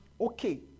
Okay